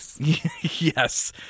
Yes